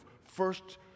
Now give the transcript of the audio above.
first